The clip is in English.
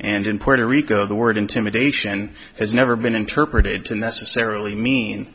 and in puerto rico the word intimidation has never been interpreted to necessarily mean